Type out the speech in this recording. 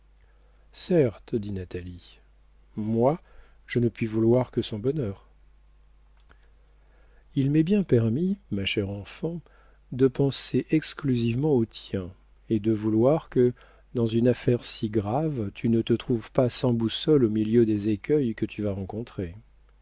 dit natalie moi je ne puis vouloir que son bonheur il m'est bien permis ma chère enfant de penser exclusivement au tien et de vouloir que dans une affaire si grave tu ne te trouves pas sans boussole au milieu des écueils que tu vas rencontrer